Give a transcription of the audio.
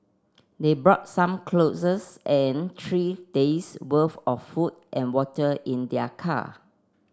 they brought some clothes and three days worth of food and water in their car